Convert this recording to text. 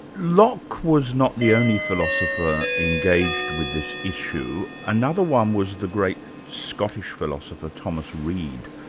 locke was not the only philosopher engaged with this issue. another one was the great scottish philosopher, thomas reid.